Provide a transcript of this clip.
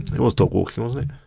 it was dog walking, wasn't it?